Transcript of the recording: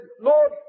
Lord